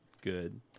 good